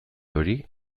hori